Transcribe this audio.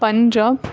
Punjab